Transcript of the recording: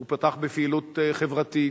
הוא פתח בפעילות חברתית.